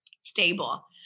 stable